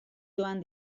doan